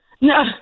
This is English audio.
No